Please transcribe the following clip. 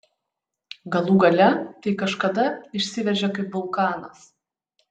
galų gale tai kažkada išsiveržia kaip vulkanas